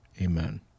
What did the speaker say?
Amen